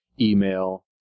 email